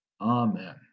Amen